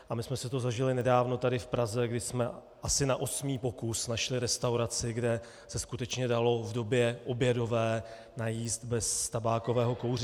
A my jsme si to zažili nedávno tady v Praze, kdy jsme asi na osmý pokus našli restauraci, kde se skutečně dalo v době obědové najíst bez tabákového kouře.